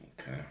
Okay